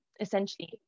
essentially